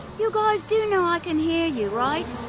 you guys do know i can hear you, right?